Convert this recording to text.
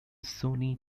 sony